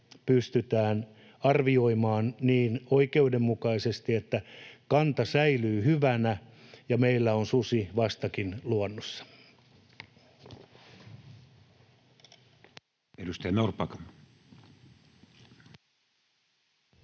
pystytään arvioimaan niin oikeudenmukaisesti, että kanta säilyy hyvänä ja meillä on susi vastakin luonnossa.